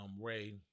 Ray